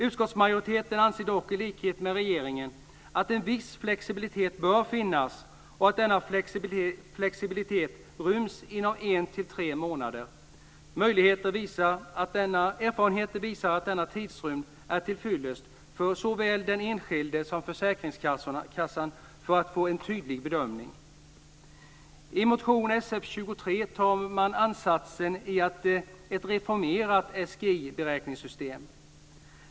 Utskottsmajoriteten anser dock i likhet med regeringen att en viss flexibilitet bör finnas och att denna flexibilitet ryms inom tidsperioden en till tre månader. Erfarenheter visar att denna tidsrymd är tillfyllest för såväl den enskilde som försäkringskassan för att man ska få en tydlig bedömning. SGI-beräkningssystem.